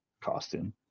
costume